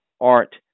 art